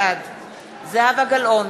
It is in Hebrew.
בעד זהבה גלאון,